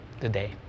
today